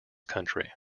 country